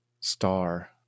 Star